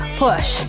push